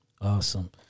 awesome